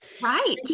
right